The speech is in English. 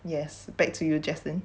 yes back to you jaslyn